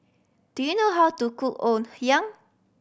do you know how to cook Ngoh Hiang